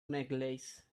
necklace